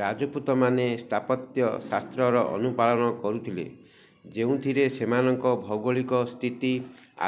ରାଜପୁତମାନେ ସ୍ଥାପତ୍ୟ ଶାସ୍ତ୍ରର ଅନୁପାଳନ କରୁଥିଲେ ଯେଉଁଥିରେ ସେମାନଙ୍କ ଭୌଗୋଳିକ ସ୍ଥିତି